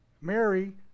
Mary